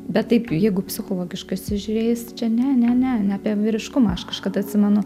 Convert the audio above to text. bet taip jeigu psichologiškai įsižiūrėjus čia ne ne ne ne apie vyriškumą aš kažkada atsimenu